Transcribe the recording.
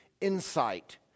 insight